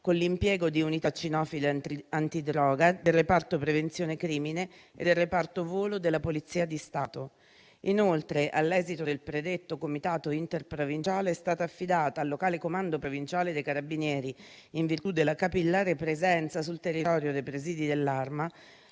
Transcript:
con l'impiego di unità cinofile antidroga del reparto prevenzione crimine e del reparto volo della Polizia di Stato. Inoltre, all'esito del predetto Comitato interprovinciale, è stata affidata al locale Comando provinciale dei carabinieri - in virtù della capillare presenza sul territorio dei presidi dell'Arma